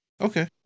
Okay